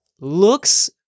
looks